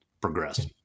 progress